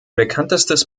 bekanntestes